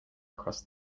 across